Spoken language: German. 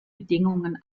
bedingungen